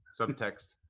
subtext